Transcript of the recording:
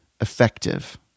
effective